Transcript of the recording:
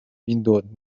windowed